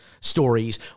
stories